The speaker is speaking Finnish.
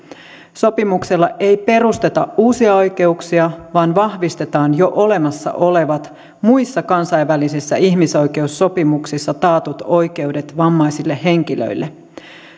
sopimuksella ei perusteta uusia oikeuksia vaan vahvistetaan jo olemassa olevat muissa kansainvälisissä ihmisoikeussopimuksissa taatut oikeudet vammaisille henkilöille